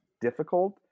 difficult